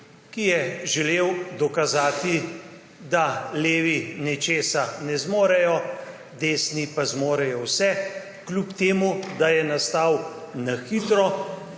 ki je želel dokazati, da levi nečesa ne zmorejo, desni pa zmorejo vse, kljub temu da je nastal na hitro,